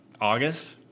August